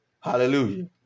hallelujah